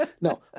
No